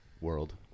world